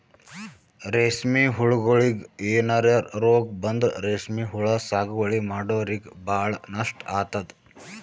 ರೇಶ್ಮಿ ಹುಳಗೋಳಿಗ್ ಏನರೆ ರೋಗ್ ಬಂದ್ರ ರೇಶ್ಮಿ ಹುಳ ಸಾಗುವಳಿ ಮಾಡೋರಿಗ ಭಾಳ್ ನಷ್ಟ್ ಆತದ್